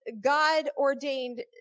God-ordained